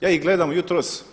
Ja ih gledam jutros.